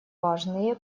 важные